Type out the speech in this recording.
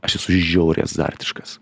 aš esu žiauriai azartiškas